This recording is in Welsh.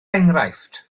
enghraifft